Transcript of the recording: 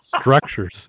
structures